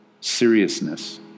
seriousness